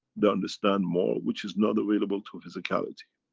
they understand more which is not available to physicality.